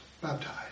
baptized